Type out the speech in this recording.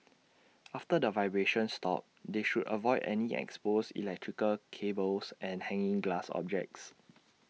after the vibrations stop they should avoid any exposed electrical cables and hanging glass objects